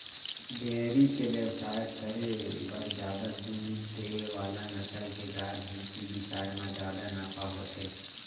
dairy के बेवसाय करे बर जादा दूद दे वाला नसल के गाय, भइसी बिसाए म जादा नफा होथे